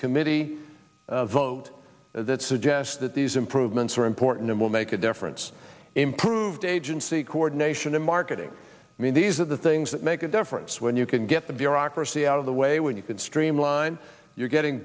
committee vote that suggests that these improvements are important and will make a difference improved agency coordination in marketing i mean these are the things that make a difference when you can get the bureaucracy out of the way when you can streamline your getting